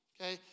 Okay